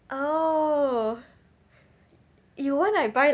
oh you want I buy